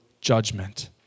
judgment